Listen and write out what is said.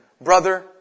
brother